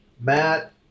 Matt